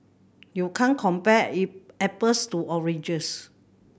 you can't compare apples to oranges